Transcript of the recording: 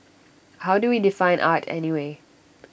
how do we define art anyway